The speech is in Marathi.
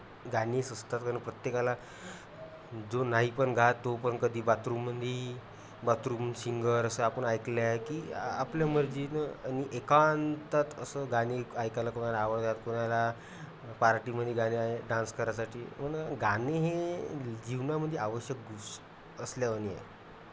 गाणी स असतात कारण प्रत्येकाला जो नाही पण गात तो पण कधी बाथरूममध्ये बाथरूम सिंगर असं आपण ऐकले आहे की आपल्या मर्जीनं आणि एकांतात असं गाणे ऐकायला कोणाला आवडतात कोणाला पार्टीमध्ये गाणे आहे डान्स करायसाठी म्हणून गाणे हे जीवनामध्ये आवश्यक गोष्ट असल्या वाणी आहे